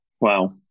Wow